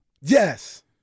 Yes